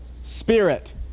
spirit